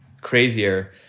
crazier